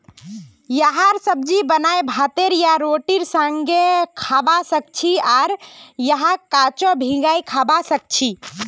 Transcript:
यहार सब्जी बनाए भातेर या रोटीर संगअ खाबा सखछी आर यहाक कच्चो भिंगाई खाबा सखछी